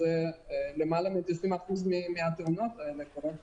למעלה מ-90% מהתאונות קורות